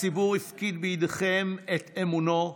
הציבור הפקיד בידיכם את אמונו,